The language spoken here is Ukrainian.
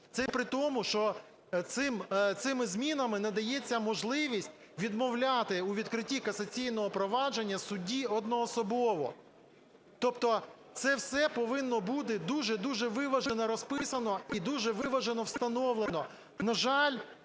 Це при тому, що цими змінами надається можливість відмовляти у відкритті касаційного провадження судді одноособово. Тобто це все повинно бути дуже-дуже виважено розписано і дуже виважено встановлено.